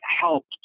helped